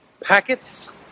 packets